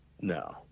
no